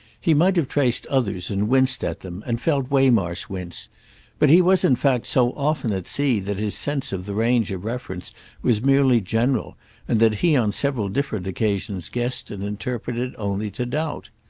he might have traced others and winced at them and felt waymarsh wince but he was in fact so often at sea that his sense of the range of reference was merely general and that he on several different occasions guessed and interpreted only to doubt.